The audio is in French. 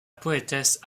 poétesse